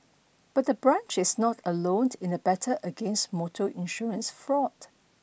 but the branch is not alone in the battle against motor insurance fraud